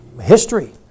history